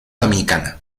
dominicana